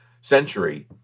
century